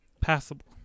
passable